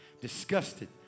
Disgusted